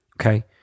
okay